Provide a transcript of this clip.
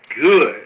good